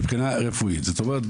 זאת אומרת,